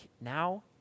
now